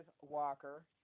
Walker